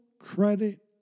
credit